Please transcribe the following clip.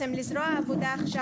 לזרוע העבודה עכשיו,